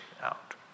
out